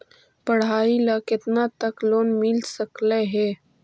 पढाई ल केतना तक लोन मिल सकले हे?